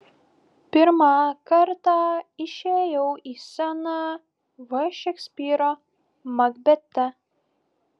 pirmą kartą išėjau į sceną v šekspyro makbete